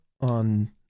on